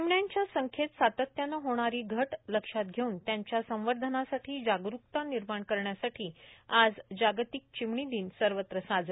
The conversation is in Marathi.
चिमण्याच्या संख्येत सातत्यानं होणारी घट लक्षात घेऊन त्यांच्या संवर्धनासाठी जागरूकता निर्माण करण्यासाठी आज जागतिक चिमणी दिन साजरा